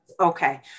Okay